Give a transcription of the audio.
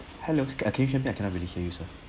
hello ah can you hear me I cannot really hear you sir